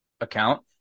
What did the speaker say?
account